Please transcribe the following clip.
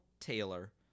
Taylor